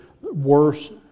worse